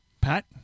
Pat